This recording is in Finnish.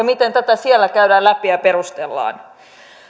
miten tätä siellä käydään läpi ja perustellaan